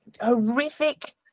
horrific